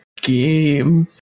game